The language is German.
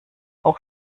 auch